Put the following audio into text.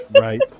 Right